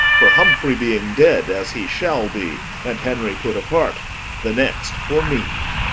for humfrey being dead, as he shall be, and henry put apart the next for me.